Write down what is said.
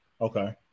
Okay